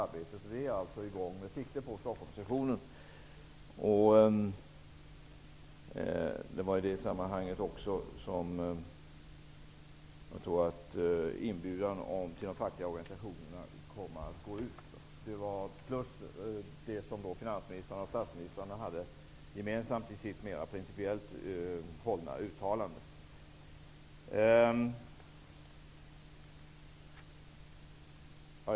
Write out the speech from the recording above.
Detta pågår nu med sikte på Stockholmssessionen. I det sammanhanget kommer också en inbjudan att gå ut till de fackliga organisationerna. Det är vad som är på gång utöver finans och statsministrarnas gemensamma och mera principiellt hållna uttalande.